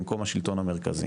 במקום השלטון המרכזי,